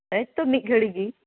ᱥᱮᱭ ᱛᱚ ᱢᱤᱫ ᱜᱷᱟᱹᱲᱤᱡ ᱜᱮ